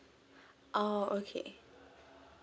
oh okay